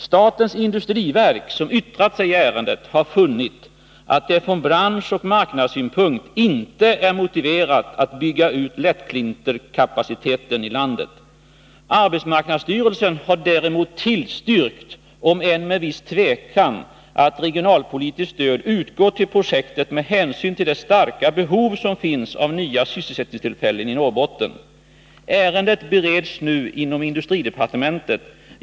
Statens industriverk, som yttrat sig i ärendet, har funnit att det från branschoch marknadssynpunkt inte är motiverat att bygga ut lättklinkerkapaciteten i landet. Arbetsmarknadsstyrelsen har däremot tillstyrkt —om än med viss tvekan — att regionalpolitiskt stöd utgår till projektet med hänsyn till det starka behov som finns av nya sysselsättningstillfällen i Norrbotten. Ärendet bereds nu inom industridepartementet.